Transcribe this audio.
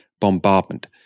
bombardment